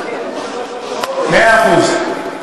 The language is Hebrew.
מאה אחוז.